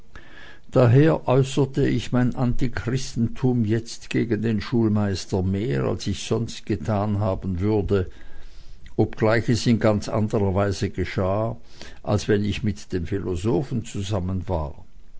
daher äußerte ich mein antichristentum jetzt gegen den schulmeister mehr als ich sonst getan haben würde obgleich es in ganz anderer weise geschah als wenn ich mit dem philosophen zusammen war